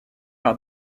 par